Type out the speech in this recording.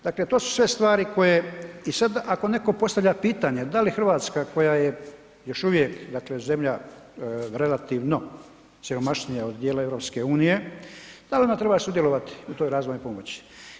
Dakle, to su sve stvari koje i sad ako netko postavlja pitanje, da li Hrvatska koje je još uvijek dakle zemlja relativno siromašnija od dijela EU, da li ona treba sudjelovati u toj razvoj pomoći?